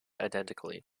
identically